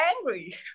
angry